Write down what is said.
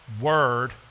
word